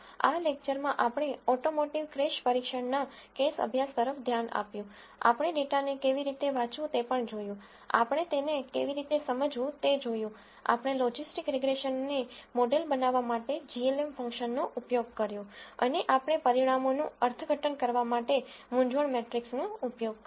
આ લેકચરમાં આપણે ઓટોમોટિવ ક્રેશ પરીક્ષણના કેસ અભ્યાસ તરફ ધ્યાન આપ્યું આપણે ડેટાને કેવી રીતે વાંચવું તે પણ જોયું આપણે તેને કેવી રીતે સમજવું તે જોયું આપણે લોજીસ્ટીક રીગ્રેસનને મોડેલ બનાવવા માટે glm ફંક્શનનો ઉપયોગ કર્યો અને આપણે પરિણામોનું અર્થઘટન કરવા માટે મૂંઝવણ મેટ્રિક્સનો ઉપયોગ કર્યો